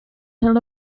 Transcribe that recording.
hill